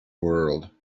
world